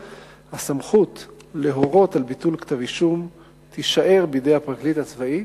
הסמכות להורות על ביטול כתב אישום תישאר בידי הפרקליט הצבאי